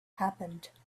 happened